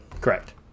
correct